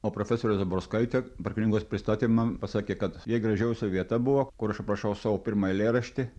o profesorė zaborskaitė per knygos pristatymą pasakė kad jai gražiausia vieta buvo kur aš aprašau savo pirmą eilėraštį